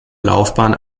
laufbahn